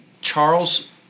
Charles